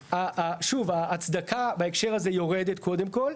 אז שוב, ההצדקה בהקשר הזה יורדת, קודם כל.